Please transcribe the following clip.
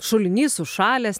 šulinys užšalęs